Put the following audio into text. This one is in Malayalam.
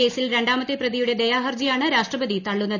കേസിൽ രണ്ടാമത്തെ പ്രതിയുടെ ദയാഹർജിയാണ് രാഷ്ട്രപതി തള്ളുന്നത്